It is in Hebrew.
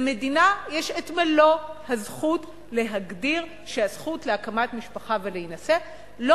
למדינה יש מלוא הזכות להגדיר שהזכות להקמת משפחה ולהינשא לא